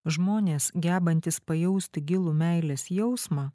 žmonės gebantys pajusti gilų meilės jausmą